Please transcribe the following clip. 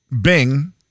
Bing